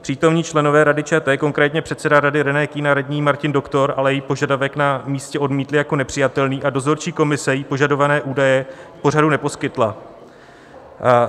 Přítomní členové Rady ČT, konkrétně předseda Rady René Kühn a radní Martin Doktor, ale její požadavek na místě odmítli jako nepřijatelný a dozorčí komise jí požadované údaje k pořadu neposkytla.